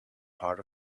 part